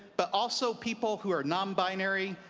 but also people who are nonbinary,